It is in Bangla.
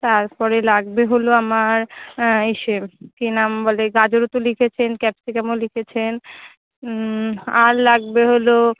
তার পরে লাগবে হলো আমার ইসে কী নাম বলে গাজরও তো লিখেছেন ক্যাপসিকামও লিখেছেন আর লাগবে হলো